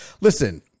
Listen